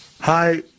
Hi